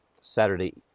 Saturday